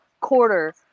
quarter